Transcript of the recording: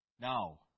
Now